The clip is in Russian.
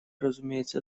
разумеется